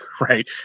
right